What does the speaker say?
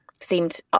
seemed